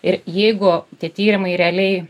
ir jeigu tie tyrimai realiai